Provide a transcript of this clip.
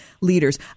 leaders